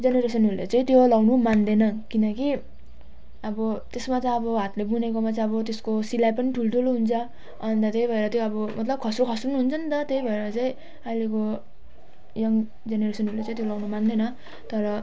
जेनेरेसनहरूले चाहिँ त्यो लगाउनु मान्दैन किनकि अब त्यसमा त अब हातले बुनेकोमा चाहिँ अब त्यसको सिलाइ पनि ठुल्ठुलो हुन्छ अन्त त्यो भएर त्यो अब मतलब खस्रो खस्रो हुन्छ नि त त्यही भएर चाहिँ अहिलेको यङ जेनेरेसनहरूले त्यो लगाउनु मान्दैन तर